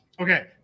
Okay